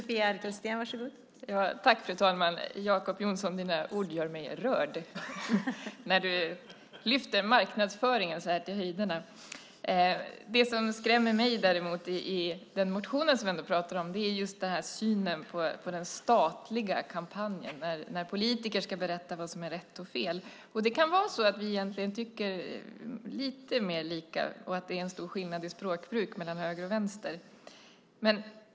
Fru talman! Dina ord gör mig rörd, Jacob Johnson, när du lyfter marknadsföringen till höjderna. Det som däremot skrämmer mig i den motion som vi ändå pratar om är synen på den statliga kampanjen, när politiker ska berätta vad som är rätt och fel. Vi kanske tycker lite mer lika, och det är måhända bara en stor skillnad i språkbruk mellan höger och vänster.